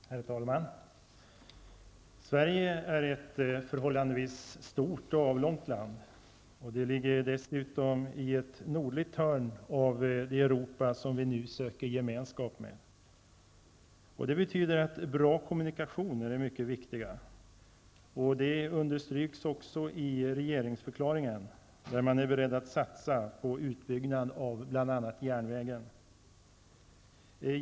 Herr talman! Sverige är ett förhållandevis stort och avlångt land. Det ligger dessutom i ett nordligt hörn av det Europa som vi nu söker gemenskap med. Det betyder att bra kommunikationer är mycket viktiga. Det understryks också i regeringsförklaringen, där man är beredd att satsa på utbyggnad av bl.a. järnvägen.